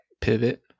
Pivot